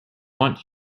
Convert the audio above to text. want